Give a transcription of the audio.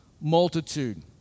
multitude